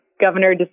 Governor